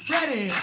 Ready